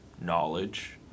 knowledge